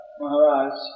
Maharaj